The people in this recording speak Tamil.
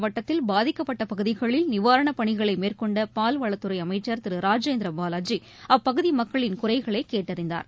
மாவட்டத்தில் பாதிக்கப்பட்டபகுதிகளில் திருவாரூர் நிவாரணப் பணிகளைமேற்கொண்டபால்வளத்துறைஅமைச்சர் திருராஜேந்திரபாலாஜிஅப்பகுதிமக்களின் குறைகளைகேட்டறிந்தார்